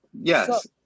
Yes